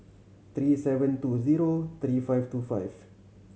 three seven two zero three five two five